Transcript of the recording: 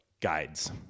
guides